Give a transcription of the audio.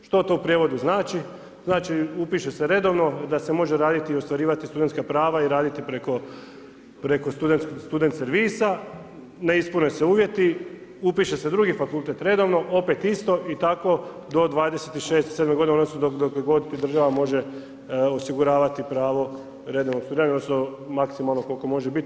Što to u prijevodu znači, znači, upiše se redovno, da se može raditi i ostvarivati studentska prava i raditi preko student servisa, ne ispune se uvjeti, upiše se drugi fakultet redovno, opet isto, i tako do 26, 27 g. dokle god ti država može osiguravati pravo redovnog studiranja, odnosno, maksimalno koliko može biti.